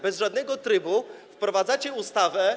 Bez żadnego trybu wprowadzacie ustawę.